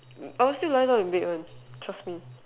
I will still lie down in bed one trust me